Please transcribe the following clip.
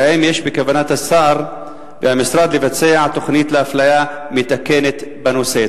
והאם יש בכוונת השר והמשרד לבצע תוכנית לאפליה מתקנת בנושא?